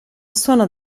suono